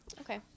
Okay